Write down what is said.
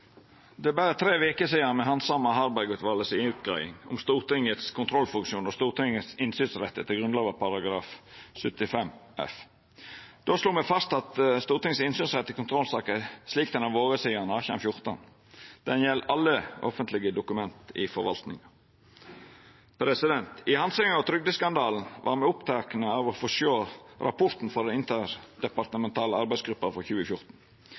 Det er berre tre veker sidan me handsama Harberg-utvalet si utgreiing om Stortingets kontrollfunksjon og Stortingets innsynsrett etter Grunnlova § 75 f. Då slo me fast at Stortingets innsynsrett i kontrollsaker, slik det har vore sidan 1814, gjeld alle offentlege dokument i forvaltinga. I handsaminga av trygdeskandalen var me opptekne av å få sjå rapporten frå den interdepartementale arbeidsgruppa frå 2014.